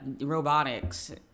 robotics